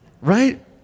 right